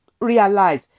realize